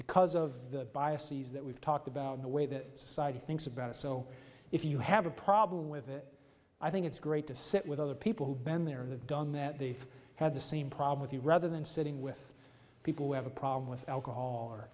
because of the biases that we've talked about the way that society thinks about it so if you have a problem with it i think it's great to sit with other people who've been there they've done that they've had the same problem with you rather than sitting with people who have a problem with alcohol